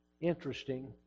Interesting